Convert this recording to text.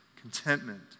contentment